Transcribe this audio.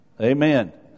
Amen